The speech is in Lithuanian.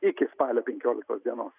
iki spalio penkioliktos dienos